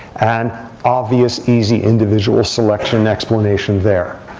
and obvious easy individual selection explanation there.